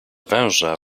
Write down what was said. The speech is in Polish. węże